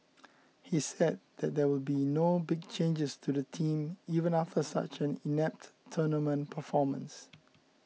he said that there will be no big changes to the team even after such an inept tournament performance